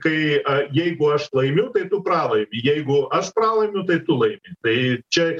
kai jeigu aš laimiu tai tu pralaimi jeigu aš pralaimiu tai tu laimi tai čia